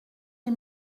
les